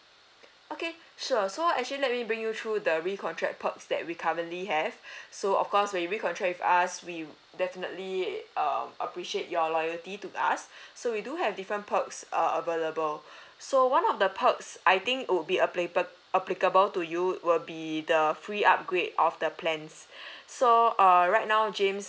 okay sure so actually let me bring you through the recontract perks that we currently have so of course when you recontract with us we definitely uh appreciate your loyalty to us so we do have different perks err available so one of the perks I think would be appli~ applicable to you will be the free upgrade of the plans so err right now james